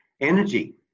energy